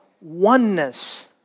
oneness